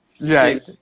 Right